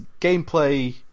gameplay